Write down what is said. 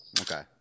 Okay